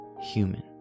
human